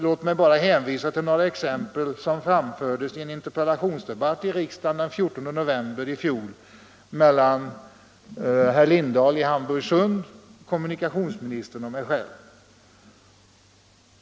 Låt mig bara hänvisa till några exempel som anfördes i en interpellationsdebatt i riksdagen den 14 november 1974 mellan herr Lindahl i Hamburgsund, kommunikationsministern och mig själv.